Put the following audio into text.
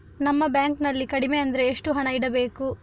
ನಮ್ಮ ಬ್ಯಾಂಕ್ ನಲ್ಲಿ ಕಡಿಮೆ ಅಂದ್ರೆ ಎಷ್ಟು ಹಣ ಇಡಬೇಕು?